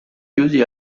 chiusi